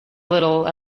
little